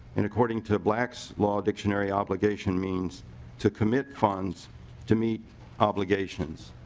in according to blacks law dictionary obligation means to commit funds to meet obligations.